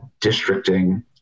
districting